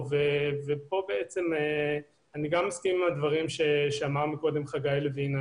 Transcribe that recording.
פה אני מסכים עם הדברים שאמר קודם חגי לוין.